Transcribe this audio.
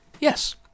Yes